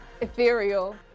ethereal